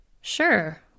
Sure